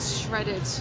Shredded